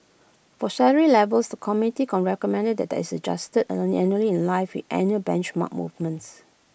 for salary levels the committee recommended that this is adjusted annually in line with annual benchmark movements